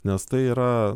nes tai yra